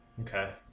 Okay